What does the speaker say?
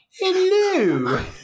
hello